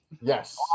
Yes